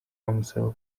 amusaba